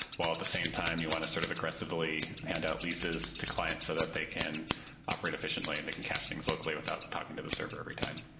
while at the same time you want to sort of aggressively hand out leases to clients so that they can operate efficiently and they can cache things locally without talking to the server every time.